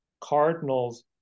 cardinals